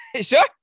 Sure